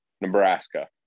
Nebraska